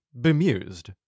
bemused